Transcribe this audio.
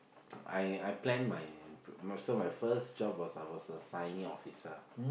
I I plan my so my first job was I was a signee officer